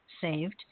saved